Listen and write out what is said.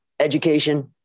education